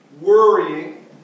worrying